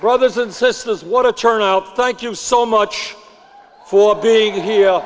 brothers and sisters want to churn out thank you so much for being here